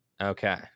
Okay